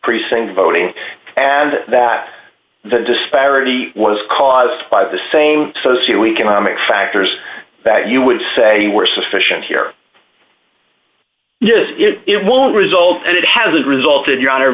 precinct voting and that the disparity was caused by the same socio economic factors that you would say were sufficient here it won't result and it hasn't resulted your